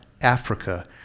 Africa